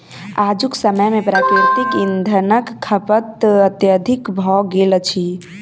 आजुक समय मे प्राकृतिक इंधनक खपत अत्यधिक भ गेल अछि